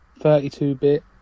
32-bit